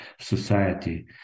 society